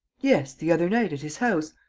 yes, the other night, at his house.